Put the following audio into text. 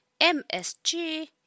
MSG